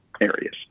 areas